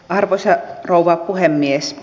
arvoisa rouva puhemies